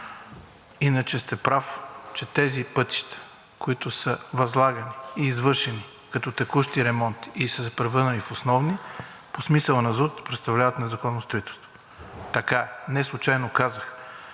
Иначе сте прав, че тези пътища, които са възлагани и извършени като текущи ремонти и са се превърнали в основни по смисъла на ЗУТ, представляват незаконно строителство – така е. Неслучайно казах,